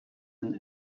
and